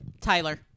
Tyler